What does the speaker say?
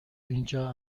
اینجا